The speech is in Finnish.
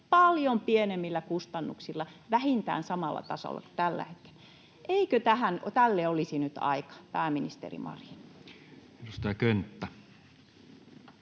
paljon pienemmillä kustannuksilla vähintään samalla tasolla kuin tällä hetkellä. Eikö tälle olisi nyt aika, pääministeri Marin? Edustaja Könttä.